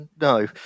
no